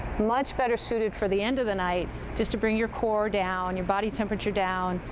much better suited for the end of the night just to bring your core down, your body temperature down,